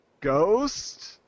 Ghost